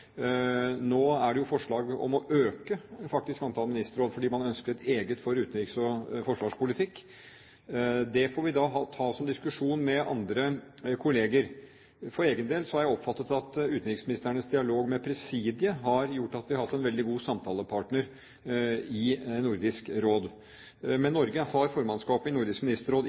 Nå er det faktisk et forslag om å øke antallet ministerråd, fordi man ønsker et eget for utenriks- og forsvarspolitikk. Det får vi ta som en diskusjon med kolleger. For egen del har jeg oppfattet at utenriksministrenes dialog med Presidiet har gjort at vi har hatt en veldig god samtalepartner i Nordisk Råd. Norge har formannskapet i Nordisk Ministerråd